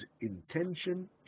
intention